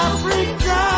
Africa